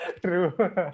True